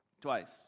twice